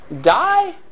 die